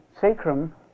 sacrum